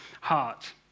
heart